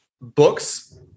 books